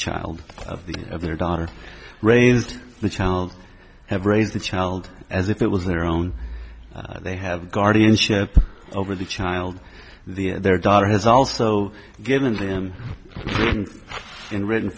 child of the of their daughter raised the child have raised the child as if it was their own they have guardianship over the child the their daughter has also given them in written